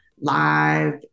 live